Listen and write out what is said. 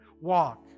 walk